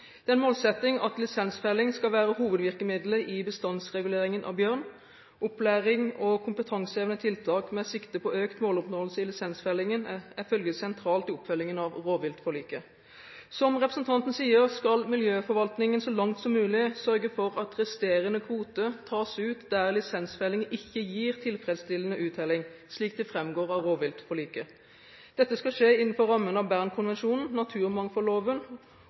Det er en målsetting at lisensfelling skal være hovedvirkemiddelet i bestandsreguleringen av bjørn. Opplæring og kompetansehevende tiltak med sikte på økt måloppnåelse i lisensfellingen er følgelig sentralt i oppfølgingen av rovviltforliket. Som representanten sier, skal miljøforvaltningen så langt som mulig sørge for at resterende kvote tas ut der lisensfelling ikke gir tilfredsstillende uttelling, slik det framgår av rovviltforliket. Dette skal skje innenfor rammen av Bernkonvensjonen, naturmangfoldloven